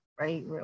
right